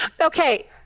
okay